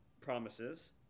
promises